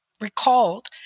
recalled